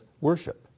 worship